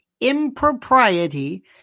impropriety